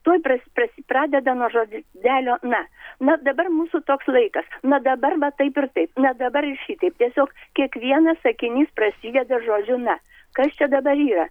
tuoj pras pras pradeda nuo žodelio na na dabar mūsų toks laikas na dabar va taip ir taip na dabar ir šitaip tiesiog kiekvienas sakinys prasideda žodžiu na kas čia dabar yra